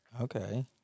Okay